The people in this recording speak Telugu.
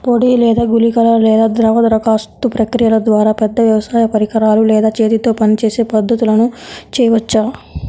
పొడి లేదా గుళికల లేదా ద్రవ దరఖాస్తు ప్రక్రియల ద్వారా, పెద్ద వ్యవసాయ పరికరాలు లేదా చేతితో పనిచేసే పద్ధతులను చేయవచ్చా?